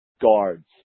guards